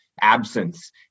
absence